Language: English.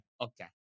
Okay